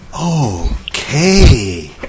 Okay